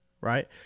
right